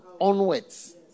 onwards